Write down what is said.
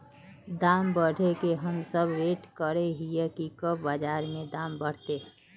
दाम बढ़े के हम सब वैट करे हिये की कब बाजार में दाम बढ़ते?